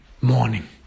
morning